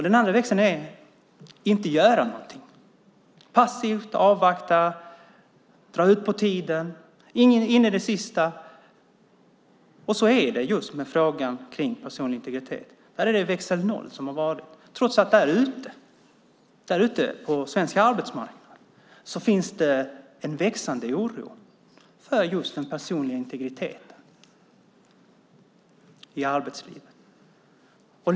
Den andra växeln innebär att inte göra någonting och passivt avvakta och dra ut på tiden in i det sista. Så är det just med frågan om personlig integritet. Där är det växel noll som har varit i, trots att det ute på svensk arbetsmarknad finns en växande oro för just den personliga integriteten i arbetslivet.